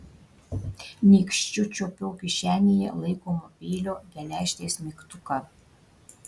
nykščiu čiuopiau kišenėje laikomo peilio geležtės mygtuką